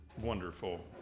wonderful